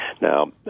Now